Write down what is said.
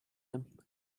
him